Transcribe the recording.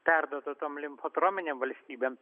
perduota tom limfotrominėm valstybėm